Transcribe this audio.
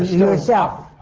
yourself.